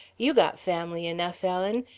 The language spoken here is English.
you got family enough, ellen.